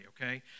okay